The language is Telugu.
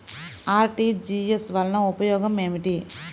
అర్.టీ.జీ.ఎస్ వలన ఉపయోగం ఏమిటీ?